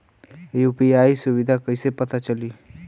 UPI सुबिधा कइसे पता चली?